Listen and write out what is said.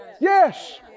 Yes